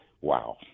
wow